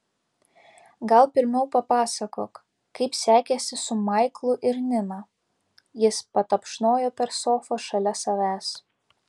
gal pirmiau papasakok kaip sekėsi su maiklu ir nina jis patapšnojo per sofą šalia savęs